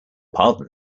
pardon